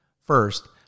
First